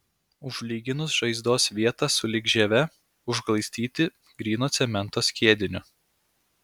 užlyginus žaizdos vietą sulig žieve užglaistyti gryno cemento skiediniu